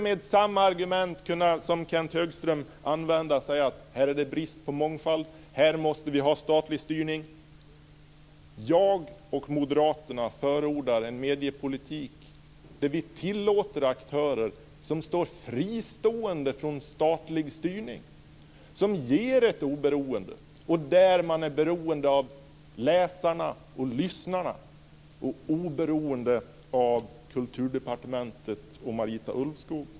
Med samma argument som Kenth Högström använde skulle man kunna säga att här är det brist på mångfald och här måste vi ha statlig styrning. Jag och Moderaterna förordar en mediepolitik där vi tillåter aktörer som är fristående från statlig styrning. Det innebär att man endast är beroende av läsarna och lyssnarna och oberoende av Kulturdepartementet och Marita Ulvskog.